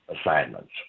assignments